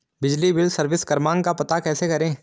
बिजली bill service क्रमांक का पता कैसे करें?